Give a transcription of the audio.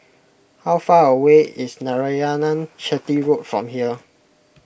how far away is Narayanan Chetty Road from here